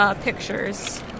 pictures